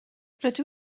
rydw